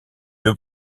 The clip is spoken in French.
deux